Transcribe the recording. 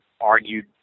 argued